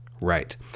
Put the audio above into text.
Right